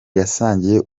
yasangiye